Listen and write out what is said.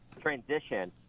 transition